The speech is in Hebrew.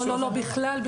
לא, לא, בכלל לא.